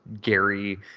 Gary